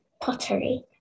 pottery